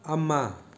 ꯑꯃ